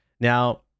now